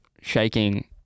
shaking